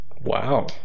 Wow